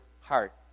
heart